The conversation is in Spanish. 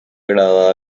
grabada